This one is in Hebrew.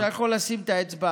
אתה יכול לשים את האצבע?